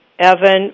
Evan